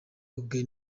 ubwe